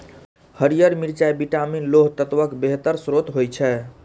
हरियर मिर्च विटामिन, लौह तत्वक बेहतर स्रोत होइ छै